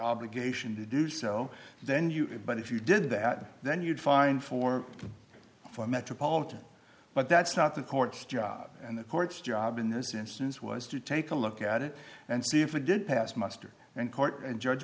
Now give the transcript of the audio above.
obligation to do so then you but if you did that then you'd find for a metropolitan but that's not the court's job and the court's job in this instance was to take a look at it and see if it did pass muster and court and judge